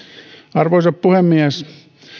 arvoisa puhemies